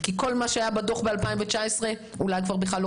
ייתכן שכל מה שעלה בדוח מ-2019 כבר לא